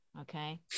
okay